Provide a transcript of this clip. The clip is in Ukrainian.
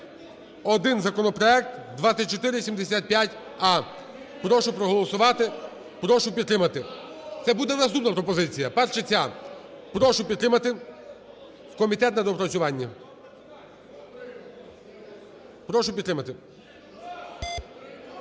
один законопроект 2475а. Прошу проголосувати, прошу підтримати. (Шум в залі) Це буде наступна пропозиція. Перша – ця, прошу підтримати – в комітет на доопрацювання. Прошу підтримати.